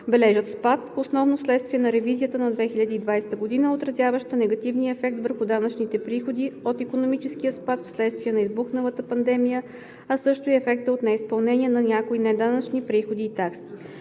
бележат спад, основно вследствие на ревизията на 2020 г., отразяваща негативния ефект върху данъчните приходи от икономическия спад вследствие на избухналата пандемия, а също и ефекта от неизпълнение на някои неданъчни приходи и такси.